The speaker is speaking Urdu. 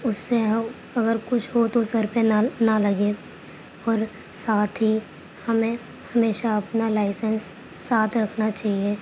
اس سے ہو اگر کچھ ہو تو سر پہ نہ نہ لگے اور ساتھ ہی ہمیں ہمیشہ اپنا لائسنس ساتھ رکھنا چاہیے